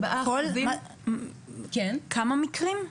כמה מקרים?